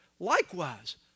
Likewise